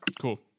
Cool